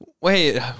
wait